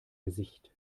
gesicht